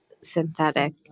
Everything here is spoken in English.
synthetic